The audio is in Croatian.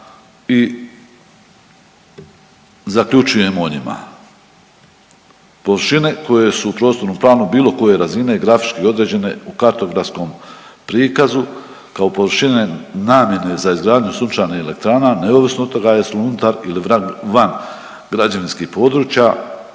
i zaključujemo o njima. Površine koje su u prostornom planu bilo koje razine grafički određene u kartografskom prikazu kao površine namjene za izgradnju sunčanih elektrana neovisno od toga jesu li unutar ili van građevinskih područja,